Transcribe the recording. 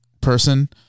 person